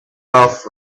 off